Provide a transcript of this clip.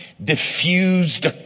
Diffused